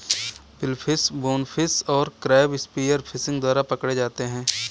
billfish, bonefish और crab spear fishing द्वारा पकड़े जाते हैं